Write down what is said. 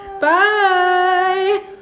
Bye